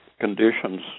conditions